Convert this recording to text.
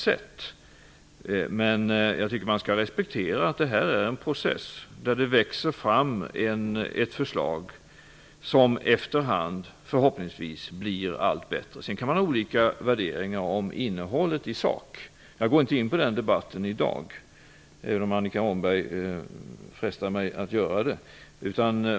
Jag tycker att man skall respektera att det är en process där det växer fram ett förslag som förhoppningsvis blir allt bättre efterhand. Sedan kan vi ha olika värderingar av innehållet i sak. Jag går inte in på den debatten i dag, även om Annika Åhnberg frestar mig att göra det.